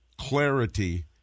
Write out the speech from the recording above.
clarity